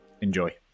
Enjoy